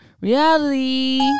reality